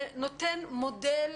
זה נותן מודל,